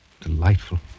Delightful